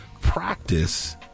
practice